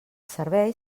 servei